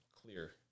clear